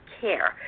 care